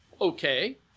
okay